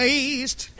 east